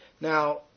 Now